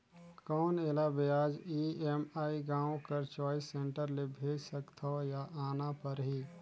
कौन एला ब्याज ई.एम.आई गांव कर चॉइस सेंटर ले भेज सकथव या आना परही?